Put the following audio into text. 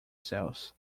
sales